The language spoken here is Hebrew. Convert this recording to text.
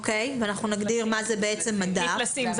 ואנחנו נגדיר מה זה מדף --- מפלסים.